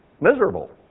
miserable